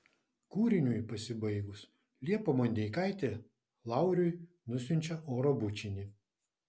kūriniui pasibaigus liepa mondeikaitė lauriui nusiunčia oro bučinį